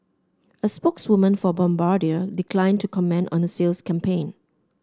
a spokeswoman for Bombardier declined to comment on a sales campaign